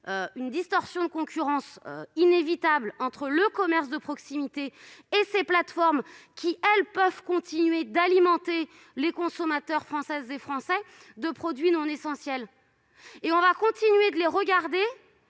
une distorsion de concurrence entre le commerce de proximité et ces plateformes, qui, elles, peuvent continuer d'alimenter les consommateurs français en produits non essentiels. Allons-nous continuer à les regarder